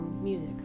Music